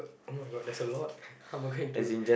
oh-my-God that's a lot how am I going to